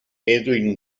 edwin